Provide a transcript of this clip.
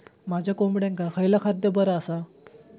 माझ्या कोंबड्यांका खयला खाद्य बरा आसा?